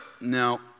No